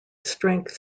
strength